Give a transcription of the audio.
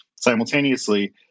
simultaneously